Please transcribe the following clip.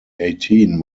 eighteen